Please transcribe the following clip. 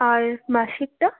আর মাসিকটা